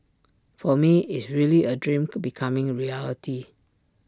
for me is really A dream could becoming A reality